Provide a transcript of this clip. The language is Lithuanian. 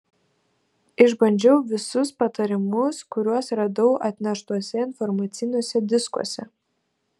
išbandžiau visus patarimus kuriuos radau atneštuose informaciniuose diskuose